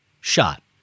shot